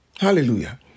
Hallelujah